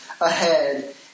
ahead